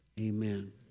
Amen